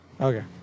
Okay